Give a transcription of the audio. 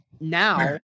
now